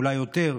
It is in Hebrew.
אולי יותר,